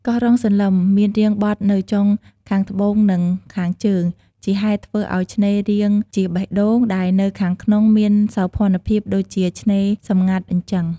កោះរ៉ុងសន្លឹម មានរាងបត់នៅចុងខាងត្បូងនិងខាងជើង ជាហេតុធ្វើអោយឆ្នេររាងជាបេះដូងដែលនៅខាងក្នុងមានសោភណ្ឌភាពដូចជាឆ្នេរសំងាត់អញ្ចឹង។